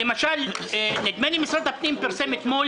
למשל כמדומני משרד הפנים פרסם אתמול